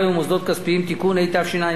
התשע"ב 2012,